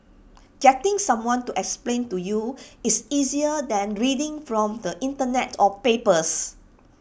getting someone to explain to you is easier than reading from the Internet or papers